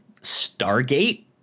Stargate